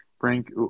Frank –